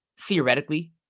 theoretically